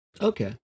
Okay